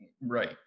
Right